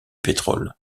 pétrole